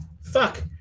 fuck